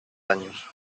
años